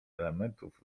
elementów